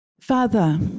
Father